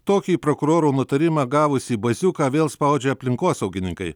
tokį prokuroro nutarimą gavusį baziuką vėl spaudžia aplinkosaugininkai